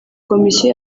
komisiyo